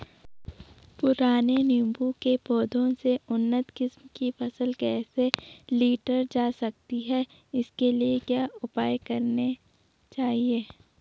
पुराने नीबूं के पौधें से उन्नत किस्म की फसल कैसे लीटर जा सकती है इसके लिए क्या उपाय करने चाहिए?